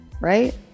right